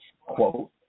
quote